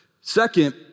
Second